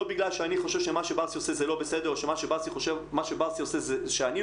כמו שאני לא יכול להגיד לך שמה שבר סימן טוב אומר צודק.